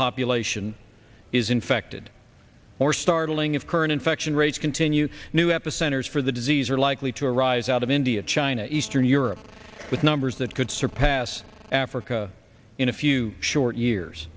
population is infected or startling of current infection rates continue new epicenters for the disease are likely to arise out of india china eastern europe with numbers that could surpass africa in a few short years